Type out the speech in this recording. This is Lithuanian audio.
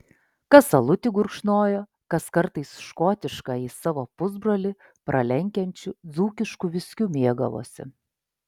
kas alutį gurkšnojo kas kartais škotiškąjį savo pusbrolį pralenkiančiu dzūkišku viskiu mėgavosi